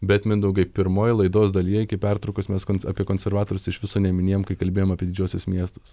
bet mindaugai pirmoj laidos dalyje iki pertraukos mes apie konservatorius iš viso neminėjom kai kalbėjom apie didžiuosius miestus